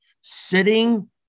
sitting